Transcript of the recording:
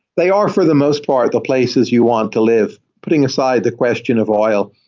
they are for the most part the places you want to live. putting aside the question of oil,